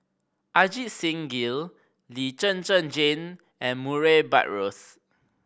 Ajit Singh Gill Lee Zhen Zhen Jane and Murray Buttrose